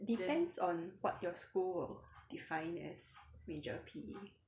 depends on what your school will define as major P_E